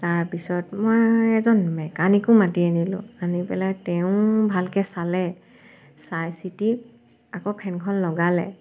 তাৰপিছত মই এজন মেকানিকো মাতি আনিলোঁ আনি পেলাই তেওঁ ভালকৈ চালে চাই চিতি আকৌ ফেনখন লগালে